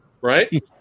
Right